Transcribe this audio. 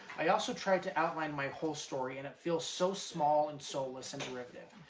i also tried to outline my whole story, and it feels so small and soulless and derivative.